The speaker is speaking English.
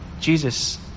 Jesus